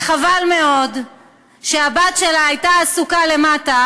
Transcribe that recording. וחבל מאוד שהבת שלה הייתה עסוקה למטה